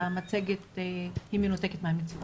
שהמצגת מנותקת מהמציאות,